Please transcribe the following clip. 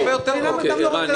רוב החוקים הם על כל בית ובית.